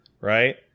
right